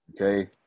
okay